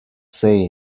say